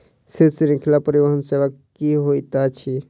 शीत श्रृंखला परिवहन सेवा की होइत अछि?